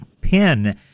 pin